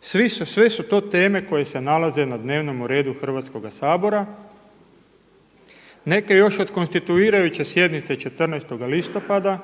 Sve su to teme koje se nalaze na dnevnom redu Hrvatskoga sabora, neke još od konstituirajuće sjednice 14. listopada,